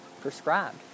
prescribed